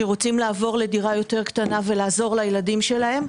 שרוצים לעבור לדירה יותר קטנה ולעזור לילדים שלהם,